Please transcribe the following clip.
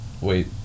wait